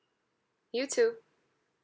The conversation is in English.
you too